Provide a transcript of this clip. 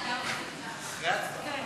אחרי ההצבעה?